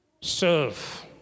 serve